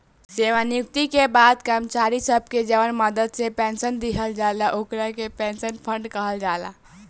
सेवानिवृत्ति के बाद कर्मचारी सब के जवन मदद से पेंशन दिहल जाला ओकरा के पेंशन फंड कहल जाला